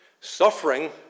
suffering